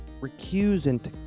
recusant